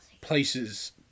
places